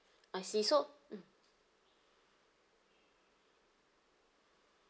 I see so mm